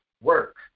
work